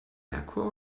merkur